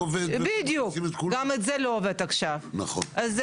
קודם כל לא היו תורים, לא